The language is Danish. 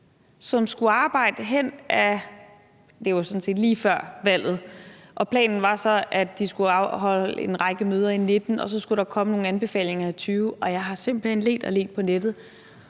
som skulle arbejde lige før valget, og planen var så, at de skulle afholde en række møder i 2019, og så skulle der komme nogle anbefalinger i 2020, og jeg har ledt og ledt på nettet,